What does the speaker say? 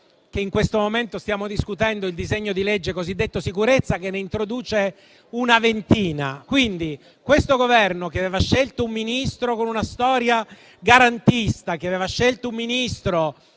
che in questo momento stiamo discutendo il disegno di legge cosiddetto sicurezza, che ne introduce una ventina. Questo Governo, che aveva scelto un Ministro con una storia garantista, che aveva fatto, anche